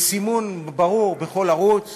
יש סימון ברור בכל ערוץ